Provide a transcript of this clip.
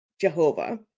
Jehovah